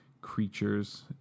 creatures